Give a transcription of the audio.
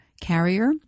carrier